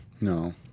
No